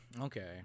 Okay